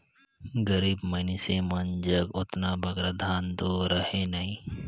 गरीब मइनसे मन जग ओतना बगरा धन दो रहें नई